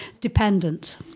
dependent